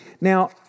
Now